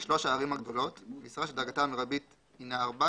בשלוש הערים הגדולות משרה שדרגתה המרבית הינה 14